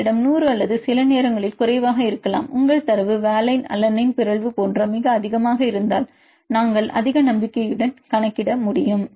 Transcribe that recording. எங்களிடம் 100 அல்லது சில நேரங்களில் குறைவாக இருக்கலாம் உங்கள் தரவு வாலனைன் அலனைன் பிறழ்வு போன்ற மிக அதிகமாக இருந்தால் நாங்கள் அதிக நம்பிக்கையுடன் கணிக்க முடியும்